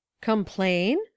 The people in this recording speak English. Complain